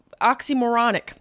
oxymoronic